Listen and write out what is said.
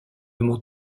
mot